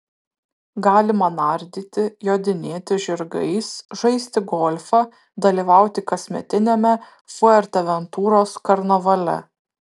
galima nardyti jodinėti žirgais žaisti golfą dalyvauti kasmetiniame fuerteventuros karnavale